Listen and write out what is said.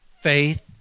faith